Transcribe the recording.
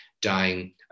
dying